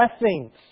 blessings